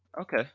Okay